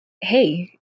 hey